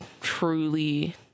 truly